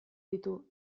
ditu